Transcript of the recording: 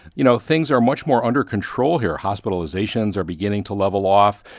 you know, things are much more under control here. hospitalizations are beginning to level off.